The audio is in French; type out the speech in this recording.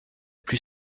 plus